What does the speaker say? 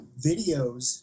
videos